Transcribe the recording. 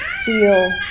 feel